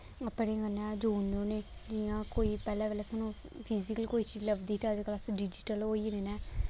अपने कन्नै जोड़ने होन्ने जि'यां कोई पैह्लें पैह्लें सानूं फिजिकल कोई चीज लब्भदी ते अजकल्ल अस डिजिटल होई गेदे न